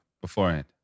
beforehand